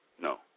no